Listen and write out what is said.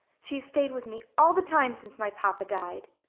she has stayed with me all the time since my papa died.